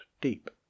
deep